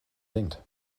denkt